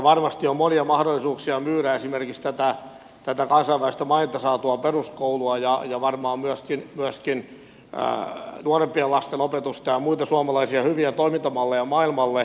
varmasti on monia mahdollisuuksia myydä esimerkiksi tätä kansainvälistä mainetta saanutta peruskoulua ja varmaan myöskin nuorempien lasten opetusta ja muita hyviä suomalaisia toimintamalleja maailmalle